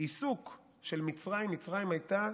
העיסוק של מצרים, מצרים הייתה